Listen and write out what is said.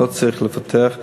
ולא צריך לפתח את זה.